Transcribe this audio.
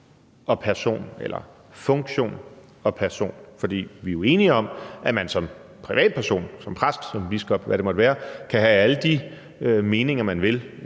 og personen eller funktionen og personen. For vi er jo enige om, at man som privatperson som præst, som biskop, eller hvad det måtte være, kan have alle de meninger, man vil,